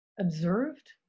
observed